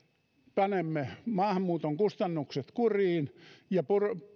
panemme maahanmuuton kustannukset kuriin ja